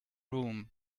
room